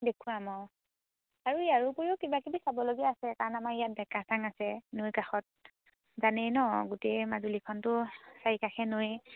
দেখুৱাম অঁ আৰু ইয়াৰোপৰিও কিবাকিবি চাবলগীয়া আছে কাৰণ আমাৰ ইয়াত ডেকা চাং আছে নৈ কাষত জানেই ন গোটেই মাজুলীখনতো চাৰি কাষে নৈয়েই